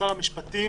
שר המשפטים